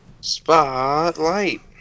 Spotlight